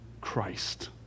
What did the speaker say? Christ